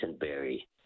Berry